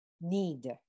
need